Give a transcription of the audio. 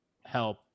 help